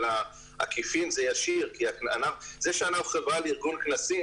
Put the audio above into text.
אבל בעקיפין זה ישיר כי זה שאנחנו חברה לארגון כנסים